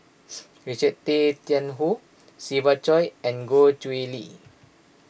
Richard Tay Tian Hoe Siva Choy and Goh Chiew Lye